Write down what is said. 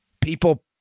people